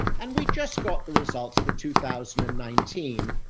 and we just got the results for two thousand and nineteen,